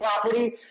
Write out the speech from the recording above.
property